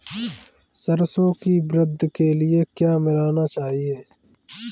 सरसों की वृद्धि के लिए क्या मिलाना चाहिए?